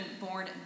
born